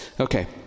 Okay